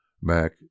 Mac